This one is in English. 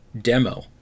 demo